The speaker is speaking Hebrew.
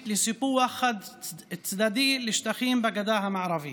לסיפוח חד-צדדי של שטחים בגדה המערבית,